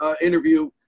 interview